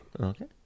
Okay